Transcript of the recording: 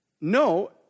No